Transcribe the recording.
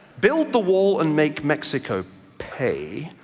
build the wall and make mexico pay.